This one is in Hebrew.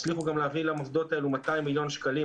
הצליחו גם להביא למוסדות האלו 200 מיליון שקלים,